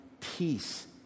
peace